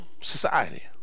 society